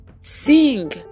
Sing